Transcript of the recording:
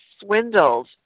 swindled